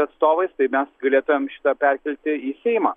atstovais tai mes galėtumėm šitą perkelti į seimą